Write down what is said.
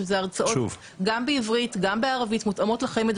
גם בעברית, גם בערבית, מותאמות לחמ"ד.